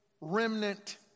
remnant